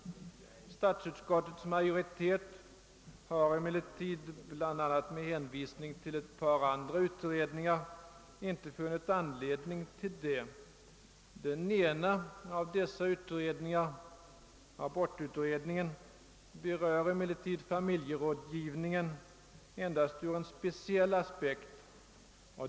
Statsutskottets majoritet har emellertid, bl.a. med hänvisning till ett par andra utredningar, inte funnit anledning härtill. Den ena av dessa utredningar är abortutredningen, och den behandlar frågan om familjerådgivningen endast ur en speciell aspekt.